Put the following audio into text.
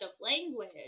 language